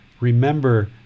Remember